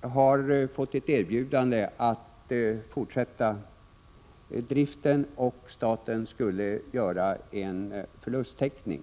har fått ett erbjudande att fortsätta driften, och staten skulle därvid göra en förlusttäckning.